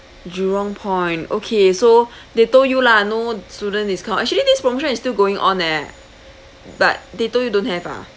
Jurong point okay so they told you lah no student discount actually this promotion is still going on eh but they told you don't have ah